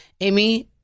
amy